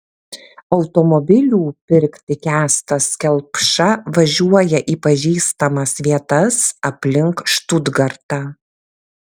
automobilių pirkti kęstas kelpša važiuoja į pažįstamas vietas aplink štutgartą